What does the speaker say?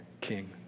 king